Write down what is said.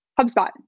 HubSpot